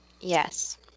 Yes